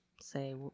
say